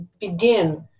begin